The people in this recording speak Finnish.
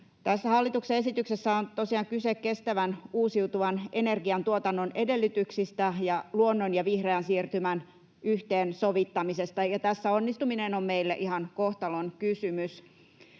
hallituksen esityksessä on tosiaan kyse kestävän, uusiutuvan energiantuotannon edellytyksistä ja luonnon ja vihreän siirtymän yhteensovittamisesta, ja tässä onnistuminen on meille ihan kohtalonkysymys.